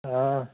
हां